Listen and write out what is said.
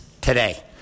today